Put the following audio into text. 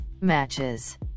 matches